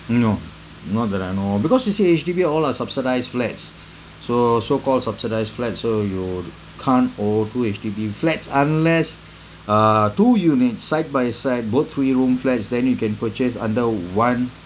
no not that I know of because you see H_D_B all are subsidised flats so so called subsidised flats so you can't own two H_D_B flats unless uh two unit side by side both three room flats then you can purchase under one